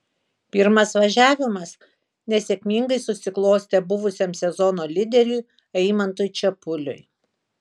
pirmas važiavimas nesėkmingai susiklostė buvusiam sezono lyderiui eimantui čepuliui